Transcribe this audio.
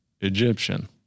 Egyptian